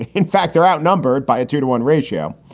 in fact, they're outnumbered by a two to one ratio.